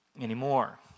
anymore